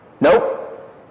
Nope